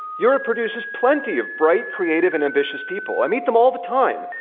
europe produces plenty of bright, creative, and ambitious people. i meet them all the time,